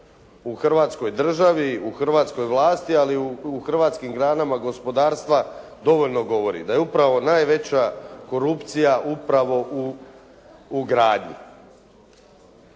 u Hrvatskoj državi, u hrvatskoj vlasti ali i u hrvatskim granama gospodarstva dovoljno govori da je upravo najveća korupcija upravo u gradnji.